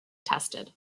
tested